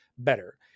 better